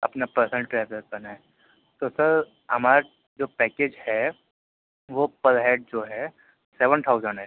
اپنا personal traveller کرنا ہے تو سر ہمارا جو پیکیج ہے وہ پر ہیڈ جو ہے سیون تھاؤزینڈ ہے